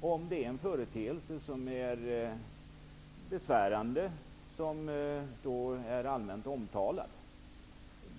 om en företeelse som är besvärande.